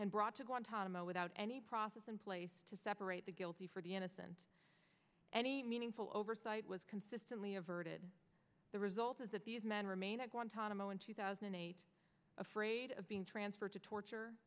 and brought to guantanamo without any process in place to separate the guilty for the innocent any meaningful oversight was consistently averted the result is that these men remain at guantanamo in two thousand and eight afraid of being transferred to torture